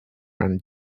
and